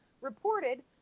reported